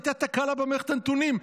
הייתה תקלה במערכת הנתונים.